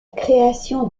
création